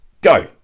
go